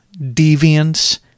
deviance